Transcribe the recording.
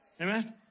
Amen